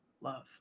love